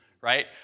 right